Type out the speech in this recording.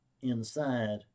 inside